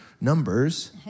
numbers